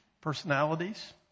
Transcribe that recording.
personalities